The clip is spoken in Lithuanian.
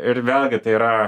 ir vėlgi tai yra